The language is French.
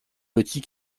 petit